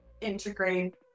integrate